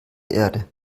erde